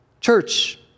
Church